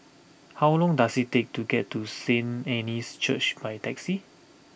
how long does it take to get to Saint Anne's Church by taxi